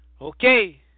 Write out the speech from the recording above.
Okay